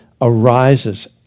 arises